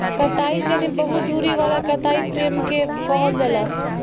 कताई जेनी बहु धुरी वाला कताई फ्रेम के कहल जाला